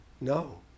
No